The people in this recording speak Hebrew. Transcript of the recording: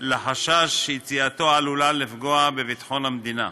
לחשש שיציאתו עלולה לפגוע בביטחון המדינה.